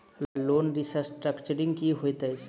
Loan restructuring की होइत अछि?